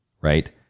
right